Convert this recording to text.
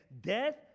Death